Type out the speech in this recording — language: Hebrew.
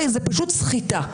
זאת פשוט סחיטה.